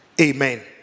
Amen